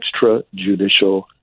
extrajudicial